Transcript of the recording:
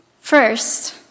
First